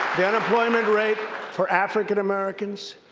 the unemployment rate for african-americans,